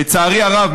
לצערי הרב,